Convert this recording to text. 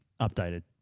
updated